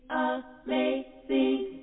amazing